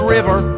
River